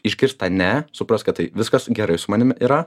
išgirst tą ne suprast kad tai viskas gerai su manim yra